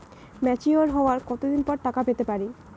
Mature হওয়ার কত দিন পর টাকা পেতে পারি?